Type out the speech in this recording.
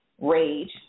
rage